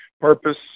purpose